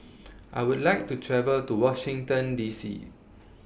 I Would like to travel to Washington D C